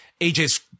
AJ's